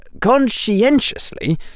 conscientiously